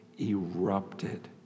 erupted